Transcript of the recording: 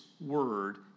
word